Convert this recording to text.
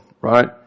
Right